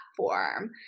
platform